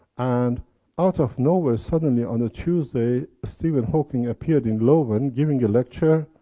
and out of nowhere, suddenly on the tuesday, stephen hawking appeared in loven, giving a lecture,